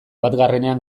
batgarrenean